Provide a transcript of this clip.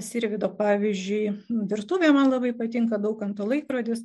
sirvydo pavyzdžiui virtuvė man labai patinka daukanto laikrodis